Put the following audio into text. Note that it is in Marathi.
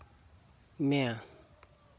म्या